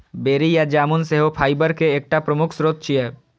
बेरी या जामुन सेहो फाइबर के एकटा प्रमुख स्रोत छियै